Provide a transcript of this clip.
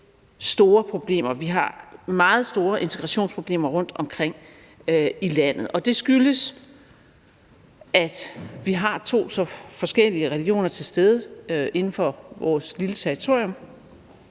store problemer. Vi har meget store integrationsproblemer rundtomkring i landet, og det skyldes, at vi har to så forskellige religioner til stede inden for vores lille territorium,